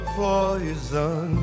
poison